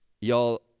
y'all